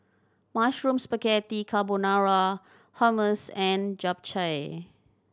Mushroom Spaghetti Carbonara Hummus and Japchae